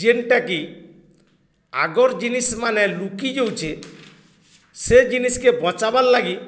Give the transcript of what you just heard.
ଯେନ୍ଟାକି ଆଗର୍ ଜିନିଷ୍ ମାନେ ଲୁକି ଯାଉଛେ ସେ ଜିନିଷ୍କେ ବଞ୍ଚାବାର୍ ଲାଗି